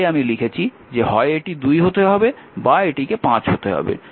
তাই আমি লিখেছি যে হয় এটি 2 হতে হবে বা এটিকে 5 হতে হবে